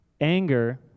Anger